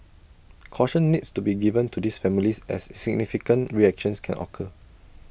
caution needs to be given to these families as significant reactions can occur